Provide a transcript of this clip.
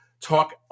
talk